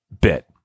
bit